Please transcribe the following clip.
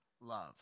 love